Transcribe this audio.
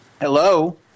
Hello